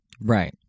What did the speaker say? right